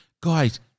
Guys